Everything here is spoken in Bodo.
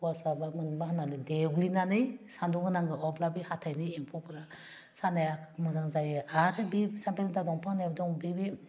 हौवासाबा मोनबा होनानै देग्लिनानै सान्दुंवाव होनांगौ अब्ला बे हाथाइनि एमफौफ्रा सानाया मोजां जायो आरो बे साबिदा दंफां होननाय दं बे